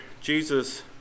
Jesus